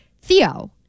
Theo